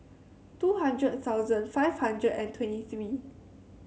two hundred thousand five hundred and twenty three